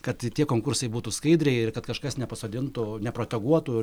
kad tie konkursai būtų skaidriai ir kad kažkas nepasodintų neproteguotų